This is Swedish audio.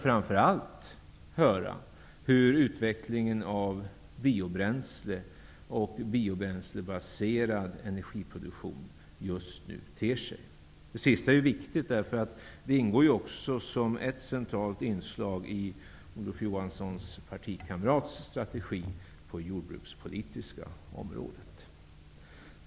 Framför allt vill vi höra hur utvecklingen av biobränsle och biobränslebaserad energiproduktion just nu ter sig. Det sista är viktigt, eftersom det ingår som ett centralt inslag i Olof Johanssons partikamrats strategi på det jordbrukspolitiska området.